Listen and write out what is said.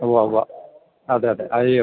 ഉവ്വ ഉവ്വ അതെ അതെ അറിയും